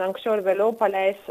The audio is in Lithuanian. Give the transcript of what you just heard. anksčiau ar vėliau paleis